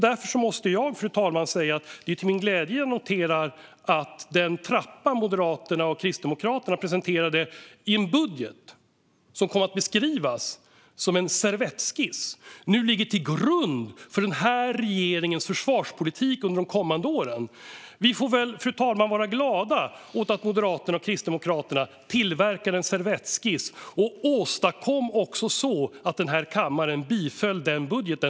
Därför måste jag säga att det är med glädje jag noterar, fru talman, att den trappa som Moderaterna och Kristdemokraterna presenterade i en budget som kom att beskrivas som en servettskiss nu ligger till grund för den här regeringens försvarspolitik under de kommande åren. Vi får väl vara glada åt att Moderaterna och Kristdemokraterna tillverkade en servettskiss, fru talman, och åstadkom att kammaren biföll den budgeten.